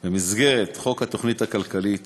במסגרת חוק התוכנית הכלכלית